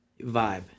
vibe